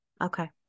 Okay